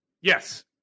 Yes